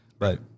Right